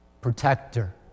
Protector